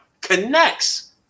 connects